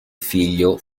figlio